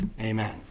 amen